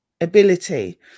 ability